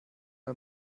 der